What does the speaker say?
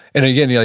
and again, yeah